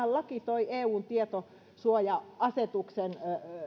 laki toi eun tietosuoja asetuksen